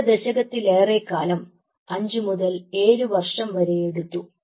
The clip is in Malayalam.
അര ദശകത്തിലേറെക്കാലം 5 മുതൽ 7 വർഷം വരെ എടുത്തു